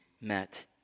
met